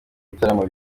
ibitaramo